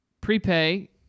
prepay